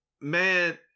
Man